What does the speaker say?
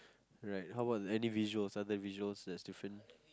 right how about any visuals are there visuals that's different